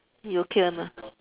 you okay one ah